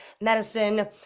medicine